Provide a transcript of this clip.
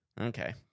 Okay